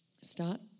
Stop